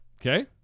okay